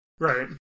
Right